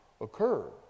occurred